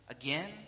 Again